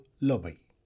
lobby